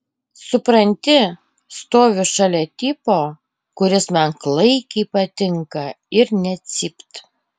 supranti stoviu šalia tipo kuris man klaikiai patinka ir nė cypt